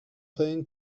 playing